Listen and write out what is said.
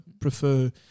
prefer